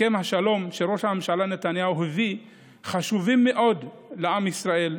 הסכמי השלום שראש הממשלה נתניהו הביא חשובים מאוד לעם ישראל,